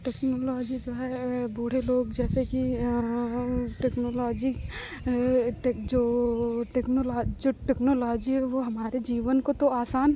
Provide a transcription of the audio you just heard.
technology जो है बूढ़े लोग जैसे कि टेक्नोलॉजी जो ओ टेक्नोलॉज जो टेक्नोलॉजी है वो हमारे जीवन को तो आसान